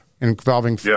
involving